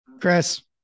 Chris